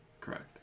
Correct